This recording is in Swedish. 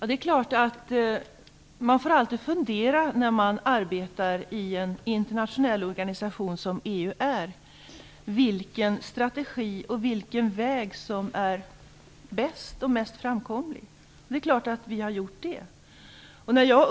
Fru talman! Det är klart att när man arbetar i en internationell organisation som EU får man alltid fundera över vilken strategi och vilken väg som är bäst och mest framkomlig. Det är klart att vi har gjort det.